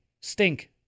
stink